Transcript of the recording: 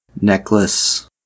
necklace